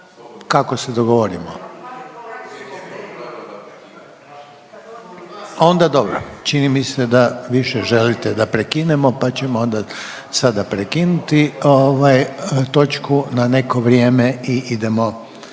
razumije se./… Onda dobro. Čini mi se da više želite da prekinemo, pa ćemo onda sada prekinuti točku na neko vrijeme i idemo